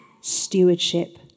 stewardship